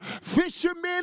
Fishermen